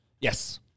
Yes